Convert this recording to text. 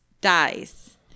dies